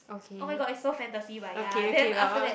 oh-my-god is so fantasy but ya then after that